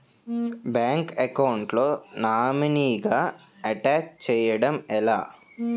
Bank account లో నామినీగా attach చేయడం ఎలా?